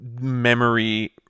memory